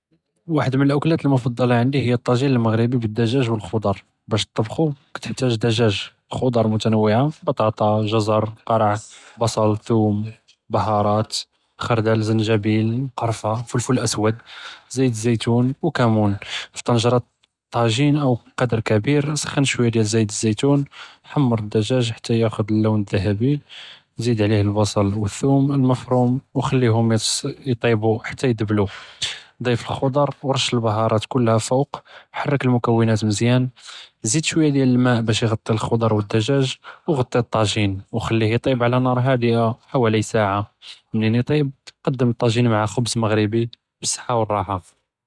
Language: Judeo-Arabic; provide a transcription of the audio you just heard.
ואחד מן אלאכלאת אלמֻפַד'ּלה ענדִי היא אִלטאג'ין אלמגרבי בִּאלדג'אג' ו אלח'צ'ר, באש טטבחו כתחתאג' דג'אג', ח'צ'ר מֻתוּנע'ה, בַּטאטא, ג'זַר, קרע, בּצל, תום, בּהאראת, ח'רדל, זנג'ביל, קרפה, פלפל אסוד, זית זיתון, ו כמון, פי טנג'רה טאג'ין אוא קדר כבִּיר, נסח'נ שוויה דּ זית זיתון, נחמר אלדג'אג' חתה יאכד' אללונ אִלדהבי, נזיד עליה אלבּצל ו אִלתום אלמפרום ו נכלִיהם יטיבו חתה יִדְ'בּלו, נדיף אלח'צ'ר ו נרֻש אִלבּהאראת כלהא פוק, נחרכּ אלמֻכּוּנאת מזיאן, נזיד שוויה דּ אלמאא' באש יעְ'טי אלח'צ'ר ו אלדג'אג', ו עְ'טי אִלטאג'ין ו חִלִיה יִטבּ עלא נַאר האדיה חוואלי סאעה, מןִין יִטבּ קדּם אִלטאג'ין מע ח'בְּז מגרבי, ו בִּצהא ו לראחה.